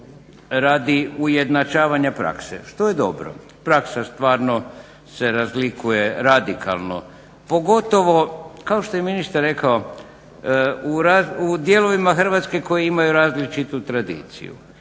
radi ujednačavanja prakse što je dobra. Praksa stvarno se razlikuje radikalno, pogotovo kao što je ministar rekao u dijelovima Hrvatske koji imaju različitu tradiciju.